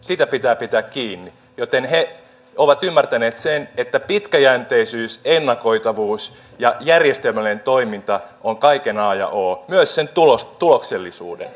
siitä pitää pitää kiinni joten he ovat ymmärtäneet sen että pitkäjänteisyys ennakoitavuus ja järjestelmällinen toiminta on kaiken a ja o myös sen tuloksellisuuden